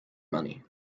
money